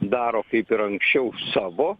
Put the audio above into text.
daro kaip ir anksčiau savo